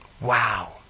Wow